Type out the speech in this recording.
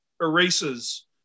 erases